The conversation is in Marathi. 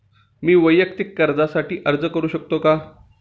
मी वैयक्तिक कर्जासाठी अर्ज करू शकतो का?